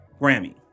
Grammy